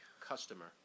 Customer